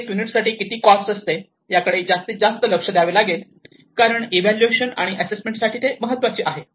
प्रत्येक युनिट साठी किती कॉस्ट असते याकडे जास्त लक्ष द्यावे लागेल कारण व्हॅल्युएशन आणि एसेसमेंट साठी ते महत्त्वाचे आहे